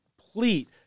complete